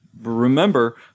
remember